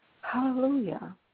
Hallelujah